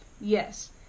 Yes